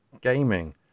gaming